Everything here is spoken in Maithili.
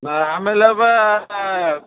भाड़ामे लेबै आयब